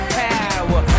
power